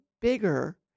bigger